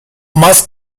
más